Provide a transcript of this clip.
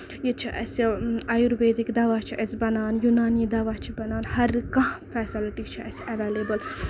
ییٚتہِ چھُ اَسہِ اَیُرویدِکۍ دَوہ چھُ اَسہِ بَنان یُنانی دوَہ چھُ بَنان ہر کانہہ فیسَلٹی چھِ اَسہِ ایویلیبٔل